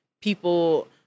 people